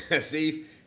Steve